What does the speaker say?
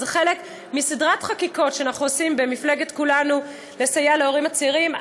זה חלק מסדרת חקיקות שאנחנו עושים במפלגת כולנו לסייע להורים הצעירים,